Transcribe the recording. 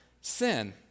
sin